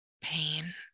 pain